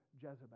Jezebel